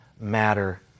matter